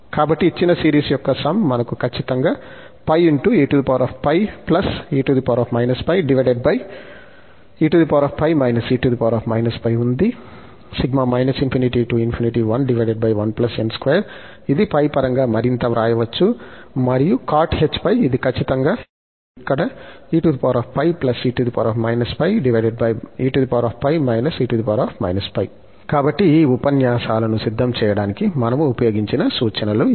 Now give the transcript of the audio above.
కాబట్టి ఇచ్చిన సిరీస్ యొక్క సమ్ మనకు ఖచ్చితంగా ఉంది ఇది π పరంగా మరింత వ్రాయవచ్చు మరియు cot hπ ఇది ఖచ్చితంగా ఇది ఇక్కడ కాబట్టి ఈ ఉపన్యాసాలను సిద్ధం చేయడానికి మనము ఉపయోగించిన సూచనలు ఇవి